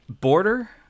Border